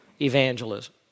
evangelism